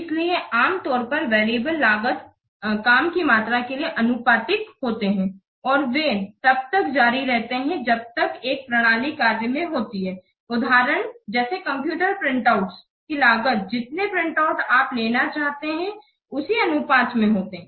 इसलिए आम तौर पर वेरिएबल लागत काम की मात्रा के लिए आनुपातिक होते हैं और वे तब तक जारी रहते हैं जब तक कि एक प्रणाली कार्य में होती है उदाहरण जैसे कंप्यूटर प्रिंटआउट की लागत जितने प्रिंटआउट आप लेना चाहते है उसी अनुपात में होती है